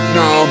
no